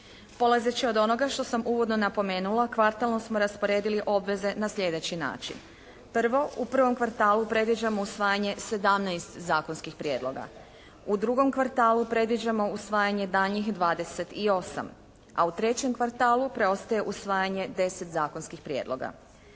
Polazeći od onoga što sam uvodno napomenula, kvartalno smo rasporedili obveze na sljedeći način: Prvo, u prvom kvartalu predviđamo usvajanje 17 zakonskih prijedloga. U drugom kvartalu predviđamo usvajanje daljnjih 28. A u trećem kvartalu preostaje usvajanje 10 zakonskih prijedloga.